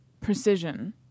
Precision